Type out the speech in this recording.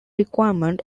requirement